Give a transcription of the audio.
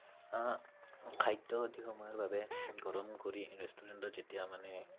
খাদ্য অধিক সময়ৰ বাবে গৰম কৰি ৰেষ্টোৰেণ্টত যেতিয়া মানে